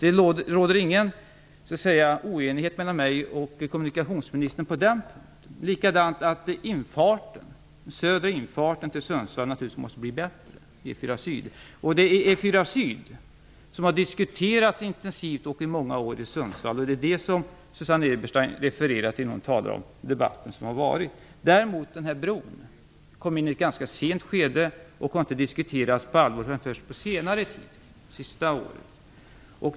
Det råder ingen oenighet mellan kommunikationsministern och mig på den punkten, inte heller om att den södra infarten till Sundsvall naturligtvis måste bli bättre, alltså E 4 syd, som har diskuterats intensivt i många år S Sundsvall. Det är detta som Susanne Eberstein talar om när hon refererar till den debatt som förts. Däremot kom bron in i ett ganska sent skede och har inte diskuterats på allvar förrän på senare tid, det senaste året.